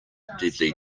deadly